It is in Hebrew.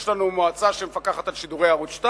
יש לנו מועצה שמפקחת על שידורי ערוץ-2,